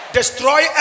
destroy